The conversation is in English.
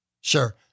Sure